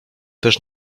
też